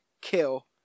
kill